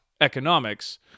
economics